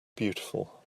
beautiful